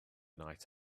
night